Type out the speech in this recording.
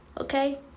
Okay